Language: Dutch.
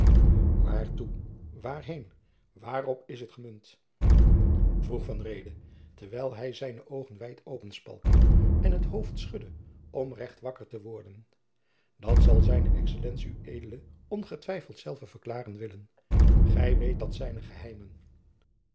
waartoe waarheen waarop is t gemunt vroeg van reede terwijl hij zijne oogen wijd opspalkte en het hoofd schudde om recht wakker te worden dat zal zijne excellentie ued ongetwijfeld zelve verklaren willen gij weet dat zijne geheimen